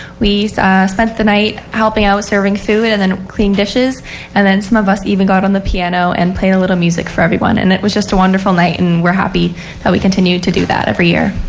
we spent the night helping out serving food. cleaned dishes and then some of us even got on the piano and played a little music for everyone. and it was just a wonderful night. and we're happy how we continue to do that every year.